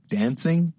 dancing